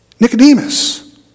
Nicodemus